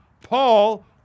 Paul